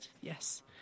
yes